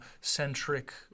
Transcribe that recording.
centric